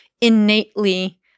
innately